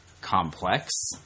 complex